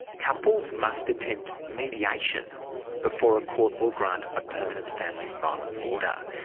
couples must attempt mediation before a court will grant a permanent family violence order.